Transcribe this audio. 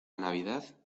navidad